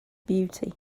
beauty